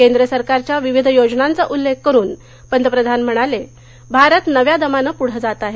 केंद्र सरकारच्या विविध योजनांचा उल्लेख करून पंतप्रधान म्हणाले भारत नव्या दमाने पुढे जात आहे